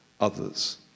others